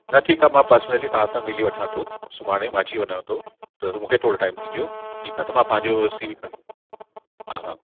न ठीकु आहे मां पर्सनली तव्हांसां मिली वठां थो सुभाणे ई मां अची वञिवाव थो त मूंखे थोरे टाइम ॾीजो ठीकु आहे त मां पंहिंजो सीवी गॾु हा हा